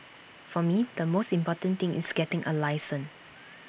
for me the most important thing is getting A license